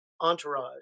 entourage